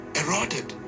eroded